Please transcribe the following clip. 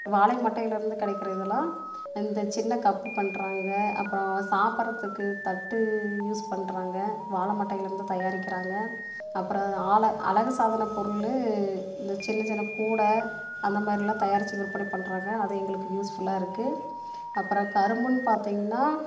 வாழை மட்டையிலேருந்து கிடைக்கிற இதில் இந்த சின்ன கப்பு பண்றாங்க அப்புறம் சாப்பிட்றதுக்கு தட்டு யூஸ் பண்றாங்க வாழை மட்டையில் இருந்து தயாரிக்கிறாங்க அப்புறம் ஆல அழகு சாதன பொருள் இந்த சின்ன சின்ன கூடை அந்த மாதிரிலாம் தயாரித்து விற்பனை பண்றாங்க அது எங்களுக்கு யூஸ்ஃபுல்லாக இருக்குது அப்புறம் கரும்புன்னு பார்த்திங்கன்னா